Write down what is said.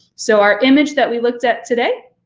so our image that we looked at today,